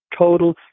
total